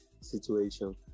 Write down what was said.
situation